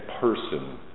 person